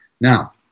Now